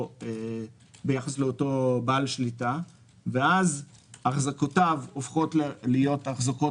לאותו בעל שליטה ואז החזקותיו הופכות להיות החזקות